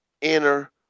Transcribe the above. inner